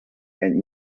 and